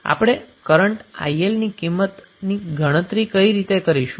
હવે આપણે current IL ની કિંમતની કઈ રીતે ગણતરી કરીશું